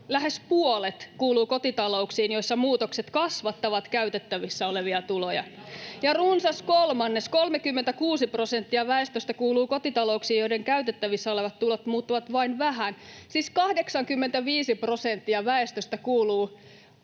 lähes puolet kuuluu kotitalouksiin, joissa muutokset kasvattavat käytettävissä olevia tuloja, ja runsas kolmannes, 36 prosenttia, väestöstä kuuluu kotitalouksiin, joiden käytettävissä olevat tulot muuttuvat vain vähän. Siis 85 prosenttia väestöstä kuuluu